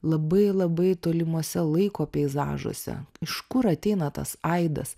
labai labai tolimuose laiko peizažuose iš kur ateina tas aidas